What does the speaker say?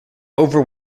over